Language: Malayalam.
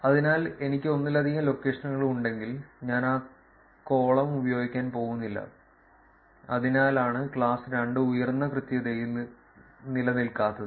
അതിനാൽ എനിക്ക് ഒന്നിലധികം ലൊക്കേഷനുകൾ ഉണ്ടെങ്കിൽ ഞാൻ ആ കോളം ഉപയോഗിക്കാൻ പോകുന്നില്ല അതിനാലാണ് ക്ലാസ് 2 ഉയർന്ന കൃത്യതയിൽ നിലനിൽക്കാത്തത്